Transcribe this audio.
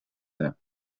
them